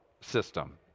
system